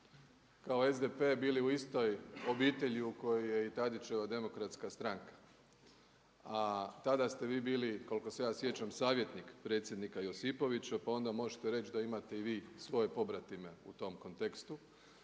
kao SDP bili u istoj obitelji u kojoj je i Tadićeva demokratska stranka. A tada ste vi bili koliko se ja sjećam savjetnik predsjednika Josipovića pa onda možete reći da imate i vi svoje pobratime u tom kontekstu.